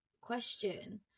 question